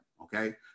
Okay